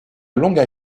long